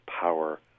power